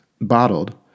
bottled